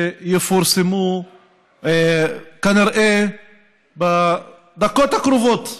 שיפורסמו כנראה בדקות הקרובות.